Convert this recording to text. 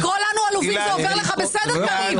לקרוא לנו עלובים זה עובר לך בסדר, קריב?